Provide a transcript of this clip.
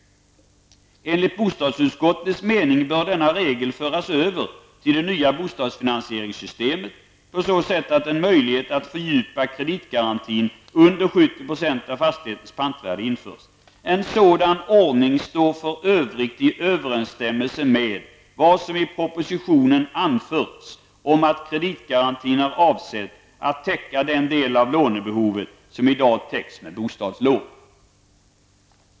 Enligt bostadsutskottets mening bör denna regel föras över till det nya bostadsfinansieringssystemet på så sätt att en möjlighet att fördjupa kreditgarantin under 70 % av fastighetens pantvärde införs. En sådan ordning står för övrigt i överenstämmelse med vad som i propositionen anförts om att kreditgarantin är avsedd att täcka den del av lånebehovet som i dag täcks med bostadslån.